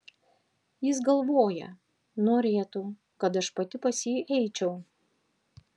jis galvoja norėtų kad aš pati pas jį eičiau